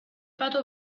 pato